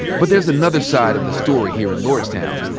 but there's another side of the story here in lordstown,